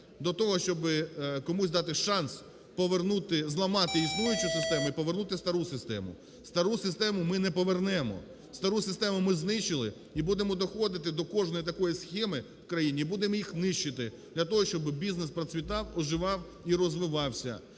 для того, щоб комусь дати шанс зламати існуючу систему і повернути стару систему. Стару систему ми не повернемо. Стару систему ми знищили і будемо доходи до кожної такої схеми в країні і будемо їх нищити для того, щоб бізнес процвітав, оживав і розвивався.